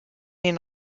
den